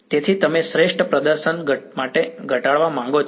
તેથી તમે શ્રેષ્ઠ પ્રદર્શન માટે ઘટાડવા માંગો છો